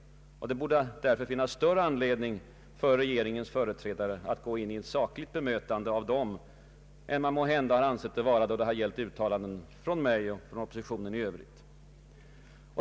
Det borde därför finnas större anledning för regeringens företrädare att gå in i ett sakligt bemötande av dem än man måhända har ansett vara nödvändigt då det har gällt uttalanden av mig och oppositionen i övrigt.